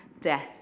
death